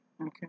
okay